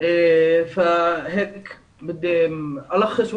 כי אנחנו ב- 11:00 חייבים לסיים,